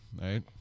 right